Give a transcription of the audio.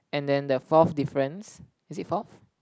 and then the fourth difference is it fourth